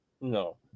No